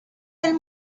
del